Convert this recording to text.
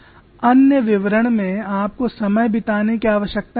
अन्य विवरण में आपको समय बिताने की आवश्यकता नहीं है